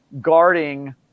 guarding